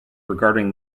regarding